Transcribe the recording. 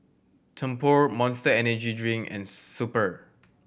Tempur Monster Energy Drink and Super